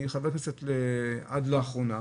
אני חבר כנסת עד לאחרונה,